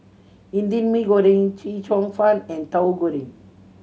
Indian Mee Goreng Chee Cheong Fun and Tahu Goreng